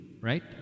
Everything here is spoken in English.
Right